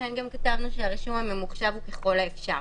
לכן גם כתבנו שהרישום הממוחשב הוא ככל האפשר.